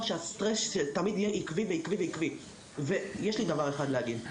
שהסטרס תמיד יהיה עקבי ועקבי ועקבי ויש לי דבר אחד להגיד,